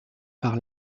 par